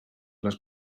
les